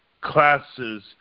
classes